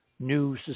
new